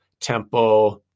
tempo